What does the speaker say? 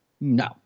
No